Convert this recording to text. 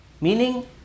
meaning